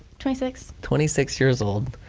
twenty six. twenty six years old.